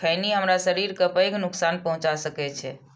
खैनी हमरा शरीर कें पैघ नुकसान पहुंचा सकै छै